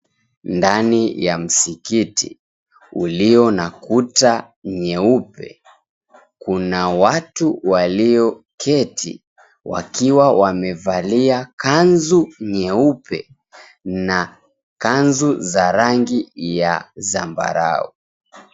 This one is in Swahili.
Ndani ya msikiti, uliyo na kuta nyeupe, kuna watu walioketi wakiwa wamevalia kanzu nyeupe na kanzu za rangi ya zambarau.